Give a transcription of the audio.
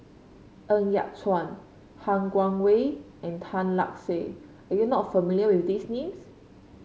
Ng Yat Chuan Han Guangwei and Tan Lark Sye are you not familiar with these names